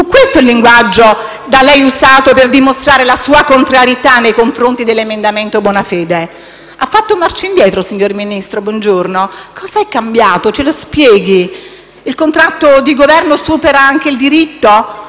Fu questo il linguaggio da lei usato per dimostrare la sua contrarietà nei confronti dell'emendamento Bonafede. Signor ministro Bongiorno, ha fatto marcia indietro? Cosa è cambiato? Ce lo spieghi. Il contratto di Governo supera anche il diritto,